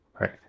right